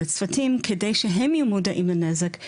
לצוותים כדי שהם יהיו מודעים לנזק,